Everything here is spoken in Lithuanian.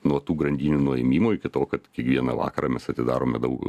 nuo tų grandinių nuėmimo iki to kad kiekvieną vakarą mes atidarome daug